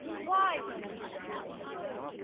why was superman a hero?